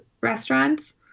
restaurants